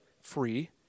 free